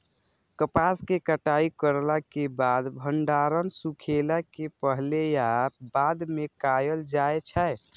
कपास के कटाई करला के बाद भंडारण सुखेला के पहले या बाद में कायल जाय छै?